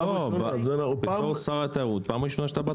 לא, בתור שר התיירות זו פעם ראשונה שאתה בא.